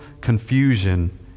confusion